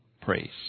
praise